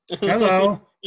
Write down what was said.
Hello